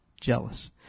jealous